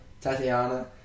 Tatiana